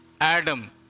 Adam